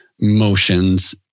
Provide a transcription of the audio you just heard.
motions